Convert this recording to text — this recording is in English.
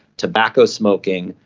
tobacco smoking,